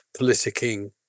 politicking